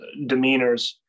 demeanors